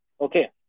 okay